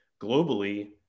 globally